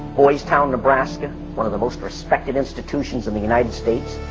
boy's town, nebraska, one of the most respected institutions in the united states.